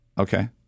Okay